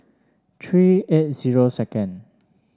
three eight zero second